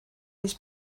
this